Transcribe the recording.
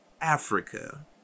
Africa